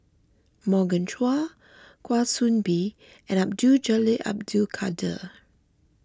Morgan Chua Kwa Soon Bee and Abdul Jalil Abdul Kadir